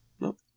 Nope